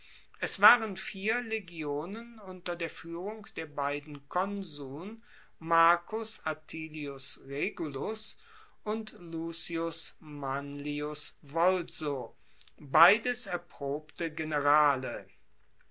es waren vier legionen unter der fuehrung der beiden konsuln marcus atilius regulus und lucius manlius volso beides erprobte generale